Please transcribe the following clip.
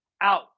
out